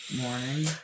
morning